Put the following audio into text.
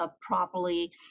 properly